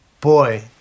Boy